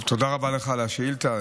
תודה רבה לך על השאילתה.